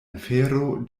infero